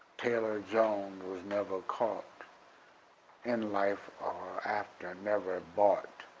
taylor jones was never caught in life or after never bought.